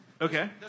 Okay